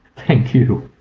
thank you.